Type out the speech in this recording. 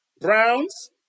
Browns